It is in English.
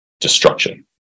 destruction